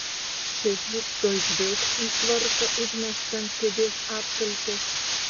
šedys tuoj žvilgt į švarką užmestą ant kėdės atkaltės